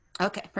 Okay